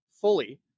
fully